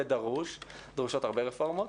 ודרושות הרבה רפורמות.